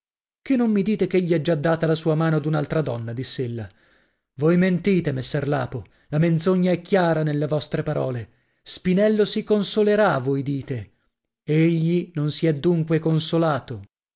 che non mi dite ch'egli ha già data la sua mano ad un'altra donna diss'ella voi mentite messer lapo la menzogna è chiara nelle vostre parole spinello si consolerà voi dite egli non si è dunque consolato